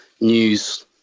news